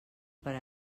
per